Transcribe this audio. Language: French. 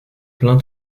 plein